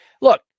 look